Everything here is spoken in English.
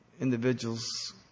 individuals